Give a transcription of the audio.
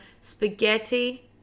spaghetti